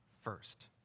first